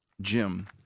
Jim